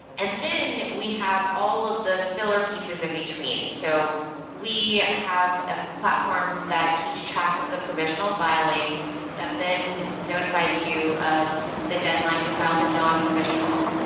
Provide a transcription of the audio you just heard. and then we have all of the filler pieces in between. so we have a platform that keeps track of the provisional filing that then notifies you of the deadline to file the non-provisional.